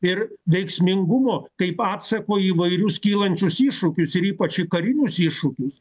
ir veiksmingumo kaip atsako į įvairius kylančius iššūkius ir ypač į karinius iššūkius